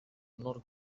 nor